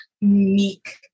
meek